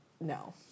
no